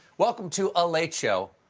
wwelcome to a late show.